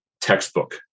textbook